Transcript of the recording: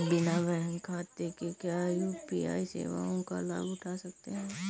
बिना बैंक खाते के क्या यू.पी.आई सेवाओं का लाभ उठा सकते हैं?